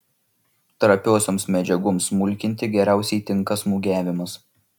trapiosioms medžiagoms smulkinti geriausiai tinka smūgiavimas